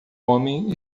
homem